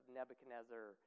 Nebuchadnezzar